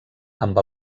amb